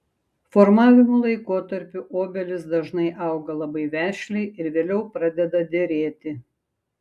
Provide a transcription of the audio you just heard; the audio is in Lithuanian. formavimo laikotarpiu obelys dažnai auga labai vešliai ir vėliau pradeda derėti